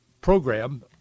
program